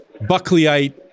Buckleyite